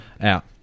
out